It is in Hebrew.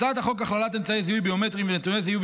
הצעת החוק הכללת אמצעי זיהוי ביומטריים ונתוני זיהוי